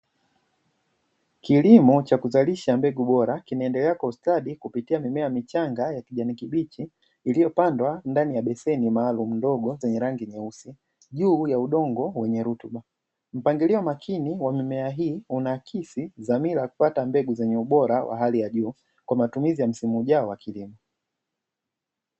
Kilimo cha kuzalisha mbegu bora kinaendelea kwa ustadi kupitia mimea michanga ya kijani kibichi iliyopandwa ndani ya beseni maalumu ndogo zenye rangi nyeusi juu ya udongo wenye rutuba. Mpangilio makini wa mimea hii unaakisi dhamira ya kupata mbegu zenye bora wa hali ya juu kwa matumizi ya msimu ujao wa kilimo.